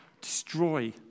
destroy